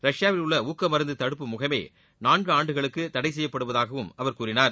ரஷ்யாவில் உள்ள ஊக்க மருந்து தடுப்பு முகமை நான்கு ஆண்டுகளுக்கு தடை செய்யப்படுவதாகவும் அவர் கூறினார்